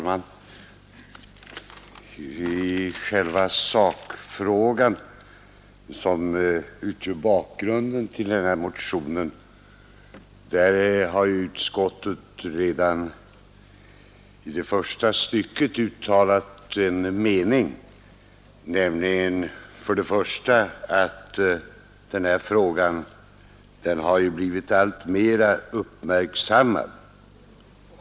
Herr talman! I själva sakfrågan som utgör bakgrunden till denna motion har utskottet redan i första stycket uttalat att denna fråga blivit alltmer uppmärksammad.